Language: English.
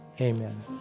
Amen